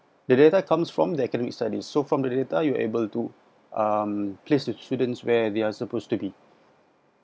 the data comes from the academic studies so from the data you are able to um place the students where they are supposed to be